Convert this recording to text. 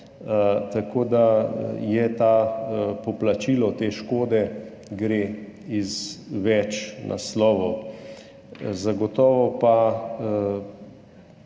Tako da poplačilo te škode gre iz več naslovov. Zagotovo pa